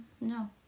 No